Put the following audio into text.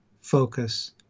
focus